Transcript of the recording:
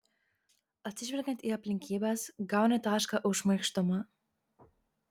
atsižvelgiant į aplinkybes gauni tašką už šmaikštumą